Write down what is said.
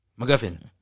MacGuffin